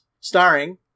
starring